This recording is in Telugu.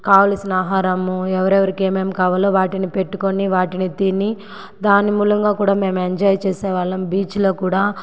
కావలసిన ఆహారము ఎవరెవరికి ఏమేం కావాలో వాటిని పెట్టుకొని వాటిని తిని దాని మూలంగా కూడా మేమే ఎంజాయ్ చేసేవాళ్ళం బీచ్లో కూడా